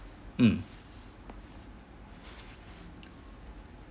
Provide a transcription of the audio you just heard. mm